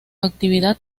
actividad